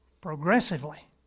progressively